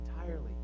entirely